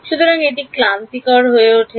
সুতরাং এটি ক্লান্তিকর হয়ে ওঠে